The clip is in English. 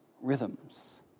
rhythms